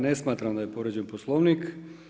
Ne smatram da je povrijeđen Poslovnik.